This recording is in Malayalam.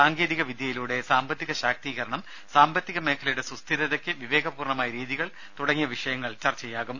സാങ്കേതികവിദ്യയിലൂടെ സാമ്പത്തിക ശാക്തീകരണം മേഖലയുടെ സുസ്ഥിരതക്ക് സാമ്പത്തിക വിവേകപൂർണമായ രീതികൾ തുടങ്ങിയ വിഷയങ്ങൾ ചർച്ചയാകും